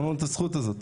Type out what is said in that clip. תנו לנו את הזכות הזאת.